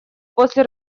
после